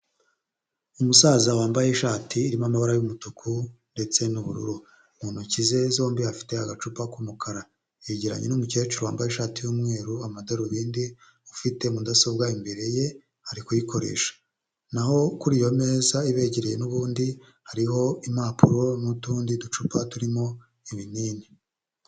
Umusaza wambaye ishati irimo amabara y'umutuku ndetse n'ubururu. Mu ntoki ze zombi afite agacupa k'umukara, yegeranye n'umukecuru wambaye ishati y'umweru, amadarubindi, ufite mudasobwa imbere ye, ari kuyikoresha. Naho kuri iyo meza ibegereye n'ubundi hariho impapuro n'utundi ducupa turimo ibinini.